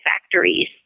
factories